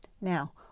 Now